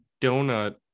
donut